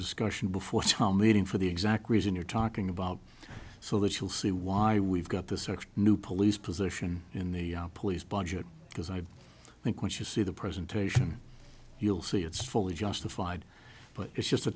discussion before tom meeting for the exact reason you're talking about so that you'll see why we've got the search new police position in the police budget because i think what you see the presentation you'll see it's fully justified but it's just a